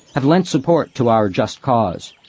have lent support to our just cause.